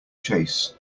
chase